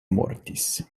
mortis